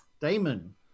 damon